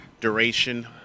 duration